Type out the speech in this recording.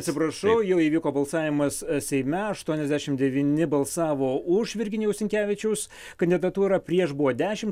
atsiprašau jau įvyko balsavimas seime aštuoniasdešim devyni balsavo už virginijaus sinkevičiaus kandidatūrą prieš buvo dešim